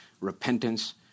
repentance